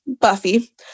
Buffy